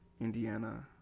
indiana